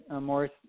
Morris